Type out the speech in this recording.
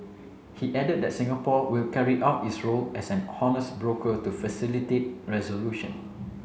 he added that Singapore will carry out its role as an honest broker to facilitate resolution